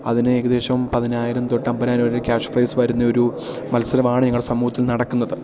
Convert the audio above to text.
അതിന് ഏകദേശം പതിനായിരം തൊട്ട് അമ്പതിനായിരം വരെ ക്യാഷ് പ്രൈസ് വരുന്ന ഒരു മത്സരമാണ് ഞങ്ങൾ സമൂഹത്തിൽ നടക്കുന്നത്